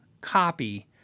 copy